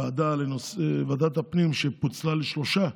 ועדת הפנים, שפוצלה לשלושה,